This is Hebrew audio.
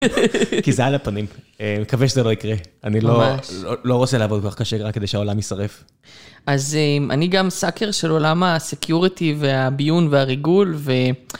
כי זה על הפנים, מקווה שזה לא יקרה, אני לא רוצה לעבוד כל כך קשה, רק כדי שהעולם יסרף. אז אני גם סאקר של עולם הסקיורטי והביון והריגול, ו...